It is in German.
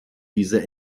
diese